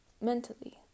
mentally